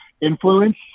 influence